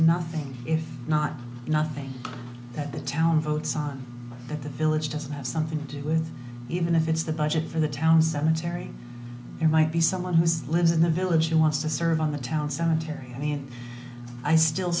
nothing if not nothing that the town votes on that the village doesn't have something to do with even if it's the budget for the town cemetery there might be someone who's lives in the village who wants to serve on the town sanitarium and i still